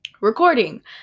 recording